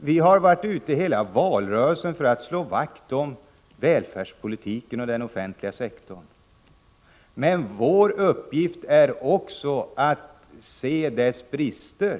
Vi har under hela valrörelsen slagit vakt om välfärdspolitiken och den offentliga sektorn. Men vår uppgift är också att se dess brister.